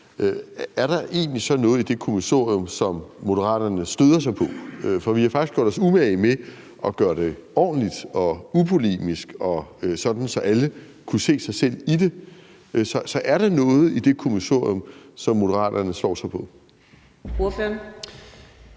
er der så egentlig noget i det kommissorium, som Moderaterne støder sig på? For vi har faktisk gjort os umage med at gøre det ordentligt og upolemisk og sådan, så alle kunne se sig selv i det. Så er der noget i det kommissorium, som Moderaterne slår sig på? Kl.